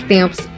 Tempos